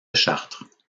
chartres